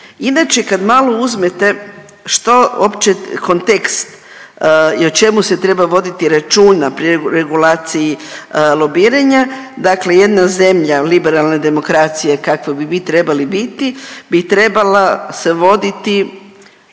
Inače kad malo uzmete što uopće kontekst i o čemu se treba voditi računa pri regulaciji lobiranja. Dakle jedna zemlja liberalne demokracije, kakva bi mi trebali biti, bi trebala se voditi